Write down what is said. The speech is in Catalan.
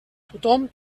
tothom